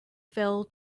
fell